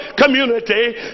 community